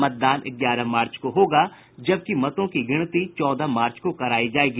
मतदान ग्यारह मार्च को होगा जबकि मतों की गिनती चौदह मार्च को कराई जाएगी